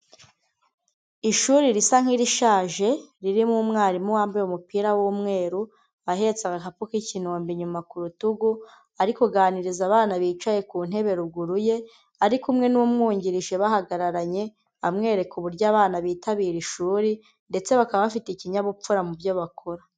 ishuri risa nk'irishaje ririmo umwarimu wambaye umupira w'umweru, ahetse agahapu k'iikiombe inyuma ku rutugu, ari kuganiriza abana bicaye ku ntebe, ruguru ye ari kumwe n'umwungirije bahagararanye, amwereka uburyo abana bitabira ishuri, ndetse bakaba bafite ikinyabupfura mu byo bakora.